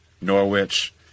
Norwich